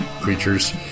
creatures